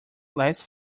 less